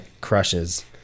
crushes